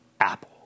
Apple